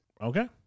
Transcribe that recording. Okay